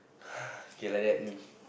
okay like that mm